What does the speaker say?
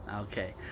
Okay